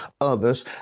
others